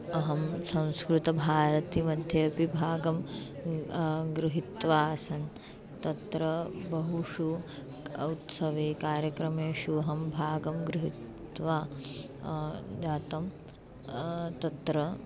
अहं संस्कृतभारती मध्येपि भागं गृहित्वा आसन् तत्र बहुषु उत्सवे कार्यक्रमेषु अहं भागं गृहित्वा जातं तत्र